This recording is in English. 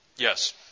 Yes